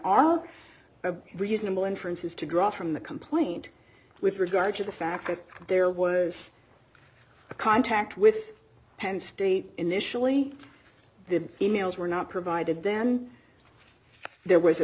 a reasonable inferences to draw from the complaint with regard to the fact that there was a contact with penn state initially the e mails were not provided then there was a